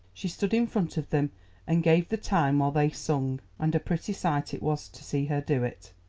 she stood in front of them and gave the time while they sung, and a pretty sight it was to see her do it.